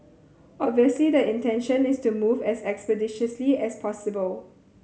obviously the intention is to move as expeditiously as possible